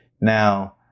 Now